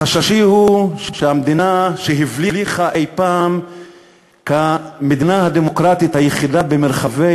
חששי הוא שהמדינה שהבליחה אי-פעם כמדינה הדמוקרטית היחידה במרחבי